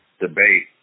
debate